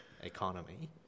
economy